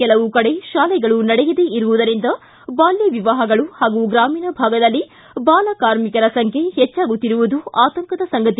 ಕೆಲವು ಕಡೆ ಶಾಲೆಗಳು ನಡೆಯದೆ ಇರುವುದರಿಂದ ಬಾಲ್ಮ ವಿವಾಹಗಳು ಹಾಗೂ ಗ್ರಾಮೀಣ ಭಾಗದಲ್ಲಿ ಬಾಲ ಕಾರ್ಮಿಕರ ಸಂಖ್ಯೆ ಹೆಚ್ಚಾಗುತ್ತಿರುವುದು ಆತಂಕದ ಸಂಗತಿ